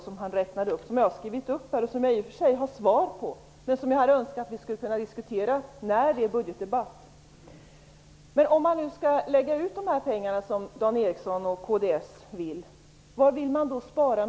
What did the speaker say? Jag har i och för sig svar, men jag hade önskat att vi kunde diskutera detta när det är budgetdebatt. Om man nu skall lägga ut dessa pengar, som Dan Ericsson och kds vill, var vill man då spara?